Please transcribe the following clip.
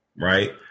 Right